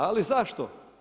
Ali zašto?